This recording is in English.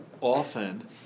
often